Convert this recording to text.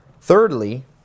Thirdly